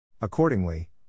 Accordingly